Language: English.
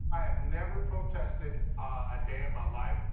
i um never protested a day in my life.